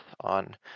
on